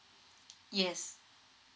yes